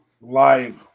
live